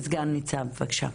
סגן ניצב, בבקשה.